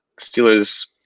Steelers